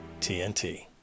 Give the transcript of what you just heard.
TNT